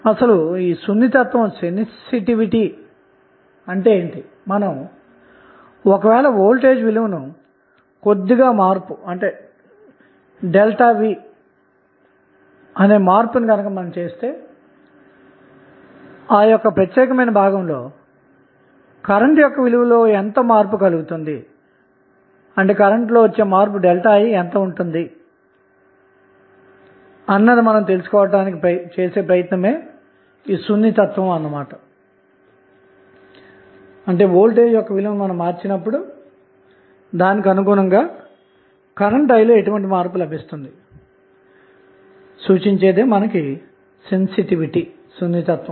ఇక్కడ సున్నితత్వం అనగా మనం ఒకవేళ వోల్టేజ్ విలువను కొద్దిగా మార్పు అనగా V చేసినప్పుడు ఆ ప్రత్యేకమైన భాగంలో కరెంటు విలువ లో ఎంత మార్పు కలుగుతుంది అన్నదే మనం తెలుసుకోవడానికి ప్రయత్నిస్తున్న సున్నితత్త్వం